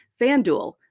FanDuel